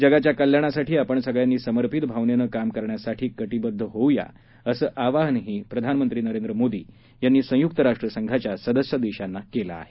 जगाच्या कल्याणासाठी आपण सगळ्यांनी समर्पित भावनेनं काम करण्यासाठी कटीबद्ध होऊया असं आवाहन प्रधानमंत्र्यांनी संयुक्त राष्ट्र संघाच्या सदस्य देशाना केलं आहे